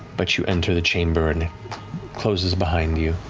but you enter the chamber, and it closes behind you.